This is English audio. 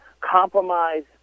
compromise